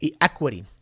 equity